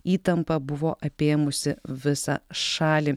įtampa buvo apėmusi visą šalį